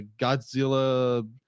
godzilla